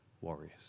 warriors